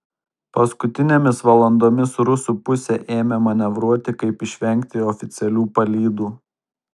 paskutinėmis valandomis rusų pusė ėmė manevruoti kaip išvengti oficialių palydų